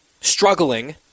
struggling